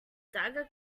dagger